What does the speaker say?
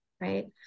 right